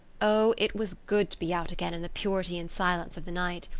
oh, it was good to be out again in the purity and silence of the night!